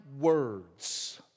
words